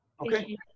Okay